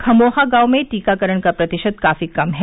खमोहा गांव में टीकाकरण का प्रतिशत काफी कम है